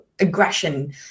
aggression